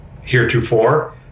heretofore